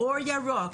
"אור ירוק",